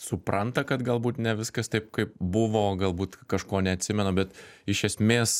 supranta kad galbūt ne viskas taip kaip buvo galbūt kažko neatsimena bet iš esmės